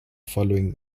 following